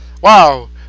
Wow